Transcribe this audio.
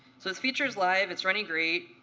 so this feature's live. it's running great.